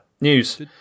news